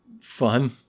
fun